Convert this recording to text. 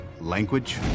language